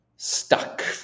stuck